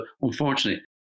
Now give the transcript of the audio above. unfortunately